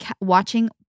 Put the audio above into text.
watching